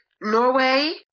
Norway